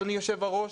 אדוני היושב-ראש,